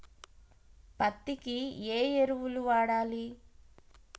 పత్తి కి ఏ ఎరువులు వాడాలి?